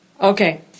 Okay